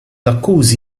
akkużi